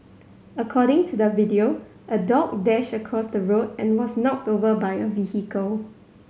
according to the video a dog dashed across the road and was knocked over by a vehicle